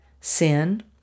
Sin